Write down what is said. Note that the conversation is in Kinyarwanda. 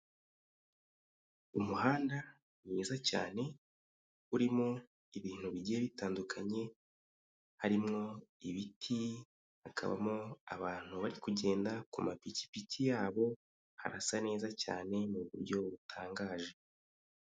Umuhanda mwiza cyane urimo ibintu bigiye bitandukanye, harimo ibiti, hakabamo abantu bari kugenda ku mapikipiki yabo, harasa neza cyane mu buryo butangaje.